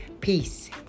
Peace